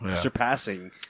surpassing